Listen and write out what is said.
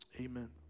amen